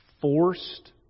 Forced